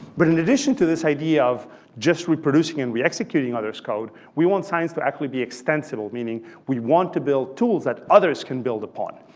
but in addition to this idea of just reproducing and re-executing others' code, we want science to actually be extensible, meaning we want to build tools that others can build upon.